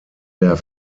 der